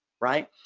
right